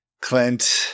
Clint